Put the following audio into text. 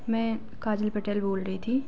मैं काजल पटेल बोल रही थी